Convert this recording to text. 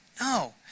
No